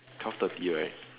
twelve thirty right